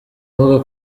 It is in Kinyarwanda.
avuga